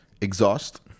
exhaust